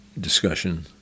discussion